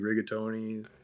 rigatoni